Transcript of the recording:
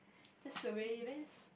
that's the way it is